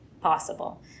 possible